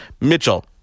Mitchell